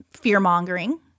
fear-mongering